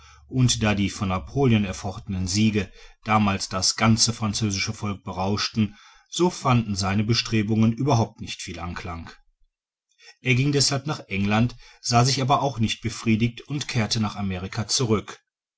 und da die von napoleon erfochtenen siege damals das ganze französische volk berauschten so fanden seine bestrebungen überhaupt nicht viel anklang er ging deßhalb nach england sah sich aber auch nicht befriedigt und kehrte nach amerika zurück